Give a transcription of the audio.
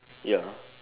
ya